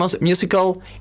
musical